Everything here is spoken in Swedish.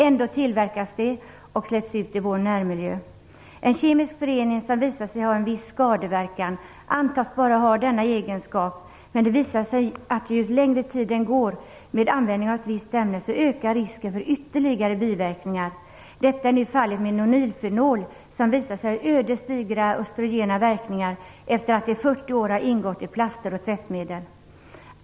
Ändå tillverkas de och släpps ut i vår närmiljö. En kemisk förening som visar sig ha en viss skadeverkan antas bara ha denna egenskap. Men det visar sig att ju längre tiden går med användning av ett visst ämne desto mer ökar risken för ytterligare biverkningar. Detta är nu fallet med nonylfenol, som visat sig ha ödesdigra östrogena verkningar efter att i 40 år ha ingått i plaster och tvättmedel.